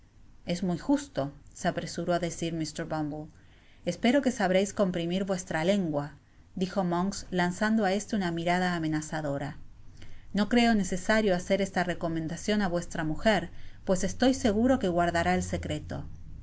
es muy justo se apresuró á decir mr bumb'le espero que sabreis comprimir vuestra lengua dijo monks lanzando á éste una mirada amenazadora no creo necesario hacer esta recomendacion á vuestra mujer pues estoy seguro que guardará el secreto